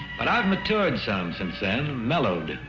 but i've matured some since then, mellowed.